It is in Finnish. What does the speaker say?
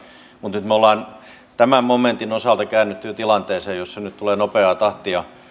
mutta nyt me olemme tämän momentin osalta jo kääntyneet tilanteeseen jossa nyt tulee nopeaa tahtia